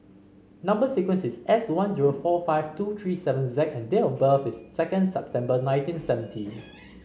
number sequence is S one zero four five two three seven Z and date of birth is second September nineteen seventy